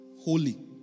holy